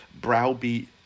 browbeat